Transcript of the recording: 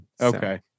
Okay